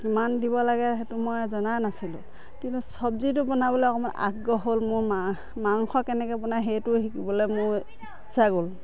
কিমান দিব লাগে সেইটো মই জনা নাছিলোঁ কিন্তু চব্জিটো বনাবলৈ অকণমান আগ্ৰহ হ'ল মোৰ মা মাংস কেনেকৈ বনাই সেইটো শিকিবলৈ মোৰ ইচ্ছা গ'ল